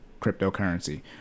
cryptocurrency